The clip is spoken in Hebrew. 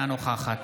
אינה נוכחת